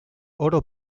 oro